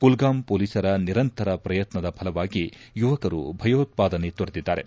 ಕುಲ್ಗಾಮ್ ಮೊಲೀಸರ ನಿರಂತರ ಪ್ರಯತ್ನದ ಫಲವಾಗಿ ಯುವಕರು ಭಯೋತ್ಪಾದನೆ ತೊರೆದಿದ್ದಾರೆ